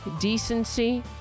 decency